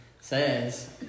says